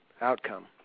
outcome